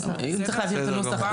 אם צריך להבהיר את הנוסח,